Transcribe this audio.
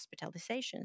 hospitalizations